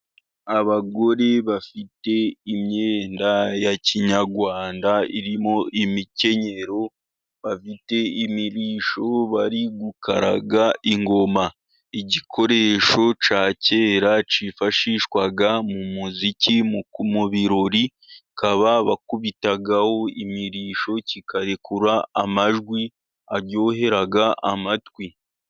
Abagore bafite imyenda ya kinyarwanda irimo imikenyero, bafite imirishyo, bari gukaraga ingoma. Igikoresho cya kera kifashishwaga mu muziki, mu birori, bakaba bakubitaho imirishyo, kikarekura amajwi aryohera amatwi.